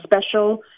special